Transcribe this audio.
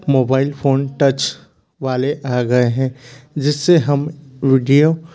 mobile phone touch वाले आ गए हैं जिससे हम वीडियो